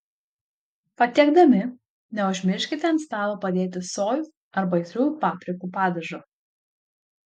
patiekdami neužmirškite ant stalo padėti sojų arba aitriųjų paprikų padažo